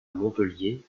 montpellier